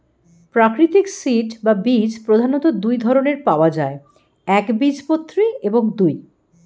প্রাকৃতিক সিড বা বীজ প্রধানত দুই ধরনের পাওয়া যায় একবীজপত্রী এবং দুই